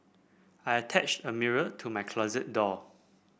I attached a mirror to my closet door